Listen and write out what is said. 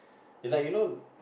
like you know